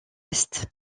est